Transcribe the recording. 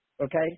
okay